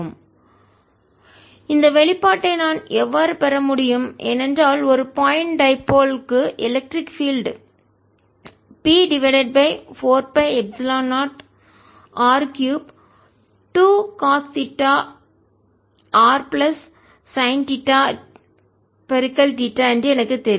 rr m இந்த வெளிப்பாட்டை நான் எவ்வாறு பெற முடியும் ஏனென்றால் ஒரு பாயிண்ட் டைபோல் புள்ளி இருமுனை க்குஎலெக்ட்ரிக் பீல்டு மின்சார புலம் P divided by 4 pi epsilon 0r 3 2 cos theta r plus sine theta theta என்று எனக்குத் தெரியும்